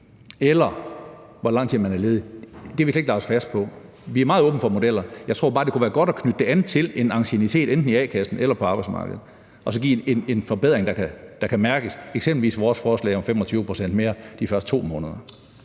til hvor lang tid man har været ledig. Det har vi ikke lagt os fast på; vi er meget åbne for modeller. Jeg tror bare, det kunne være godt at knytte det an til en anciennitet enten i a-kassen eller på arbejdsmarkedet og så give en forbedring, der kan mærkes – eksempelvis vores forslag om 25 pct. mere i de første 2 måneder.